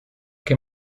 que